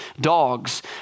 dogs